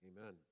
Amen